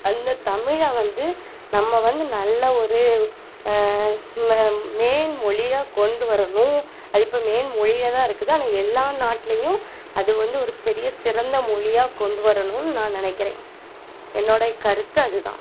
அந்த தமிழை வந்து நம்ம வந்து நல்லா ஒரு மேம் மேல்மொழியாக கொண்டு வரணும் அது இப்போ மேல்மொழியாகதான் இருக்குது ஆனால் எல்லா நாட்டிலயும் அது வந்து ஒரு பெரிய சிறந்த மொழியாக கொண்டு வரணும்னு நான் நினைக்கிறேன் என்னோடைய கருத்து அதுதான்